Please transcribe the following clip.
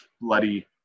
bloody